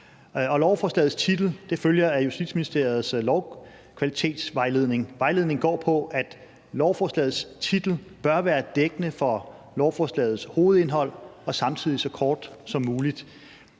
Lovforslagets titel følger af Justitsministeriets lovkvalitetsvejledning. Vejledningen går på, at lovforslagets titel bør være dækkende for lovforslagets hovedindhold og samtidig så kort som muligt.